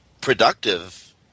productive